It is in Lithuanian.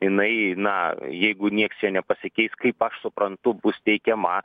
jinai na jeigu nieks čia nepasikeis kaip aš suprantu bus teikiama